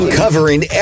covering